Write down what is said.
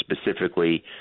specifically